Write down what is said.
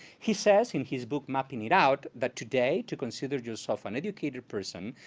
he says in his book mapping it out that today, to consider yourself an educated person,